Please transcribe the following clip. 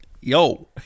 Yo